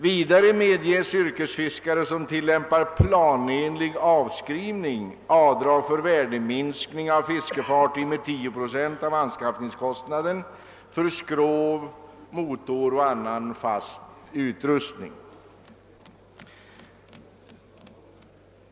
Vidare medges yrkesfiskare som tillämpar planenlig avskrivning avdrag för värdeminskning av fiskefartyg med 10 procent av anskaffningskostnaden för skrov, motor och annan fast utrustning.